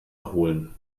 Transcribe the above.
erholen